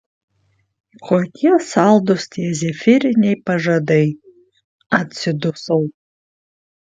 kokie saldūs tie zefyriniai pažadai atsidusau